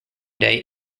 day